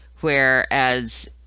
Whereas